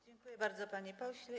Dziękuję bardzo, panie pośle.